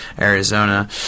Arizona